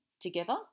together